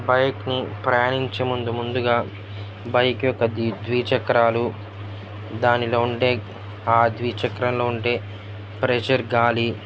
బైక్ని ప్రయాణించే ముందు ముందుగా బైక్ యొక్క ది ద్విచక్రాలు దానిలో ఉండే ఆ ద్విచక్రంలో ఉండే ప్రెజర్ గాలి